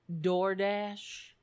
DoorDash